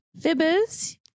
Fibbers